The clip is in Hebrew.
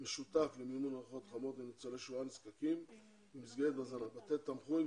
משותף למימון ארוחות חמות לניצולי שואה נזקקים במסגרת הזנת בתי תמחוי.